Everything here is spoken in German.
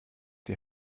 die